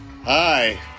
Hi